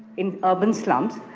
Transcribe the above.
in urban slums,